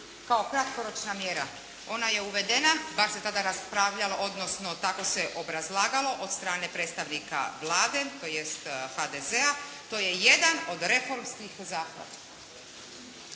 kao kratkoročna mjera. Ona je uvedena, bar se tada raspravljalo odnosno tako se obrazlagalo od strane predstavnika Vlade tj. HDZ-a, to je jedan od reformskih zahvala.